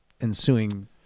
ensuing